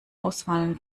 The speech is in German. ausfallen